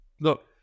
Look